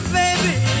baby